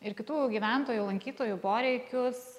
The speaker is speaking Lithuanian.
ir kitų gyventojų lankytojų poreikius